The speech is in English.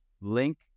link